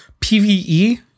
PvE